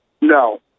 No